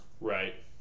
Right